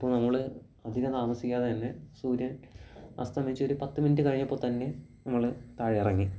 അപ്പോൾ നമ്മൾ അധികം താമസിക്കാതെ തന്നെ സൂര്യൻ അസ്തമിച്ചൊരു പത്തു മിനിറ്റ് കഴിഞ്ഞപ്പോൾ തന്നെ നമ്മൾ താഴെ ഇറങ്ങി